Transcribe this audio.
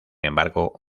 embargo